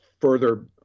further